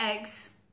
eggs